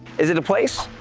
is it a place?